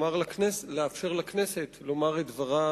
ולאפשר לכנסת לומר את דברה